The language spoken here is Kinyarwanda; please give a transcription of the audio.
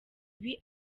ibi